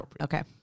Okay